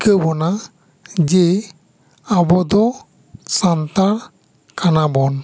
ᱴᱷᱤᱠᱟᱹ ᱵᱚᱱᱟ ᱡᱮ ᱟᱵᱚ ᱫᱚ ᱥᱟᱱᱛᱟᱲ ᱠᱟᱱᱟ ᱵᱚᱱ